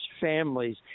families